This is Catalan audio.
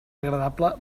agradable